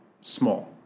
small